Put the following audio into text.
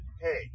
hey